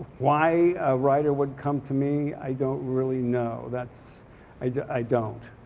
why a writer would come to me i don't really know. that's i i don't.